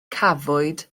cafwyd